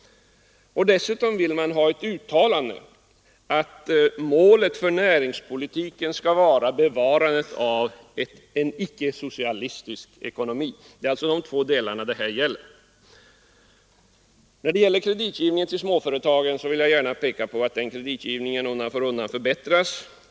Dessutom vill man ha ett uttalande att målet för näringspolitiken skall vara bevarandet av en icke-socialistisk ekonomi. Det är alltså dessa två delar motionen gäller. Vad beträffar kreditgivningen till småföretagen vill jag gärna framhålla att den undan för undan har förbättrats.